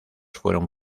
fueron